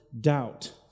doubt